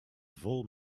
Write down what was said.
vol